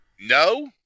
No